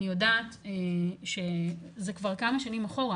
אני יודעת שזה כבר כמה שנים אחורה,